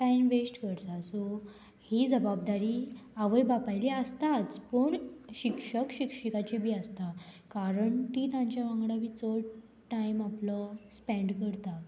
time waste करता सो ही जबाबदारी आवय बापायली आसताच पूण शिक्षक शिक्षिकाची बी आसता कारण ती तांच्या वांगडा बी चड टायम आपलो स्पेंड करता